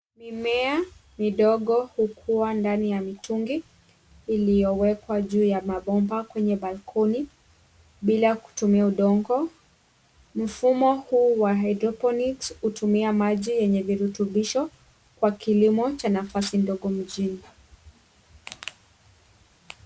Mimea midogo ukuwa ndani ya mitugi iliowekwa juu ya mapomba kwenye balcony bila kutumia udongo. Mfumo huyu wa hydroponic utumia maji wenye virutubisho kwa kilimo cha nafasi ndogo mjini.